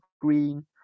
green